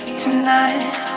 tonight